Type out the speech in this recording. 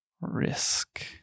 Risk